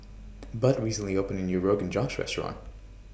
Bud recently opened A New Rogan Josh Restaurant